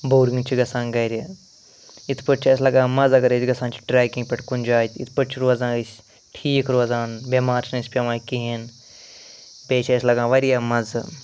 boring چھِ گژھان گھرِ یِتھ پٲٹھۍ چھُ لَگان اسہِ مَزٕ اگر أسۍ گژھان چھِ ٹرٛیکِنٛگ پٮ۪ٹھ کُنہِ جایہِ یِتھ پٲٹھۍ چھِ روزان أسۍ ٹھیٖک روزان بیٚمار چھِنہٕ أسۍ پیٚوان کِہیٖنۍ بیٚیہِ چھُ اسہِ لَگان واریاہ مَزٕ